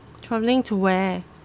travelling to where